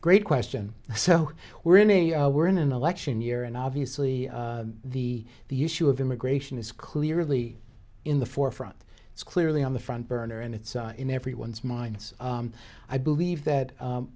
great question so we're in a we're in an election year and obviously the the issue of immigration is clearly in the forefront it's clearly on the front burner and it's in everyone's minds i believe that